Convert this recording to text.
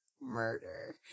murder